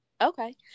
okay